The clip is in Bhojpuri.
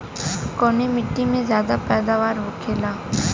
कवने मिट्टी में ज्यादा पैदावार होखेला?